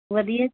ਵਧੀਆ